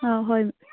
ꯑꯥ ꯍꯣꯏ